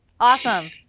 Awesome